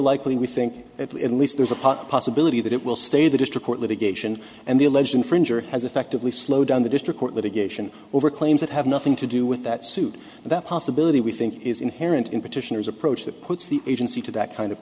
likely we think at least there's a pot possibility that it will stay the district court litigation and the alleged infringer has effectively slowed down the district court litigation over claims that have nothing to do with that suit that possibility we think is inherent in petitioners approach that puts the agency to that kind of